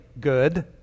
good